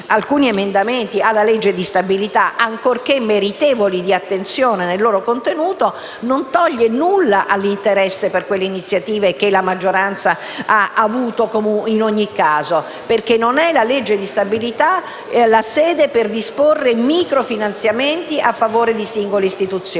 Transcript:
alcuni emendamenti presentati alla legge di stabilità, ancorché meritevoli di attenzione nel loro contenuto, non toglie alcunché all'interesse per quelle iniziative che la maggioranza ha avuto in ogni caso, perché - ripeto - non è la legge di stabilità lo strumento per disporre microfinanziamenti a favore di singole istituzioni.